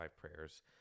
prayers